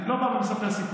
אני לא בא ומספר סיפורים,